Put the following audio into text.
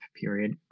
period